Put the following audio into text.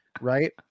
right